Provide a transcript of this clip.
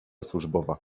służbowa